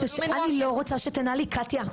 אני לא רוצה שתנהלי קטיה.